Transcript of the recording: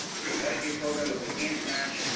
it's a medicaid program with enhanced match,